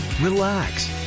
relax